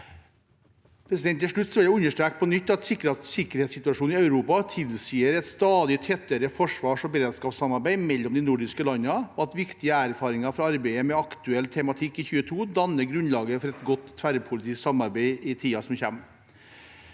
Norden. Til slutt vil jeg understreke på nytt at sikkerhetssituasjonen i Europa tilsier et stadig tettere forsvars- og beredskapssamarbeid mellom de nordiske landene, og at viktige erfaringer fra arbeidet med aktuell tematikk i 2022 danner grunnlaget for et godt tverrpolitisk samarbeid i tiden som kommer.